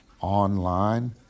online